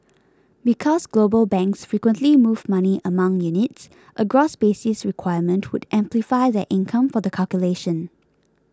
because global banks frequently move money among units a gross basis requirement would amplify their income for the calculation